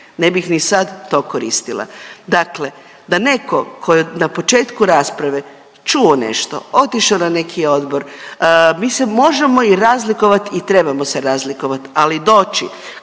ne bih ni sad to koristila. Dakle da neko ko je na početku rasprave čuo nešto, otišao na neki odbor, mi se možemo i razlikovat i trebamo se razlikovat, ali doći